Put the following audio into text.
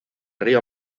río